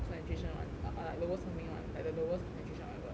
concentration one or or like lowest something one like the lowest concentration or whatever